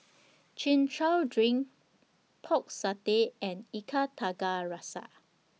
Chin Chow Drink Pork Satay and Ikan Tiga Rasa